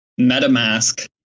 metamask